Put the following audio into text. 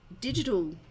digital